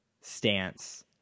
stance